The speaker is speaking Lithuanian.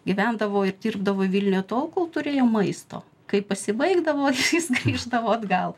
gyvendavo ir dirbdavo vilniuje tol kol turėjo maisto kai pasibaigdavo jis grįždavo atgal